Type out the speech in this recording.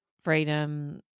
freedom